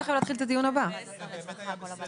תודה רבה, 100 אחוז.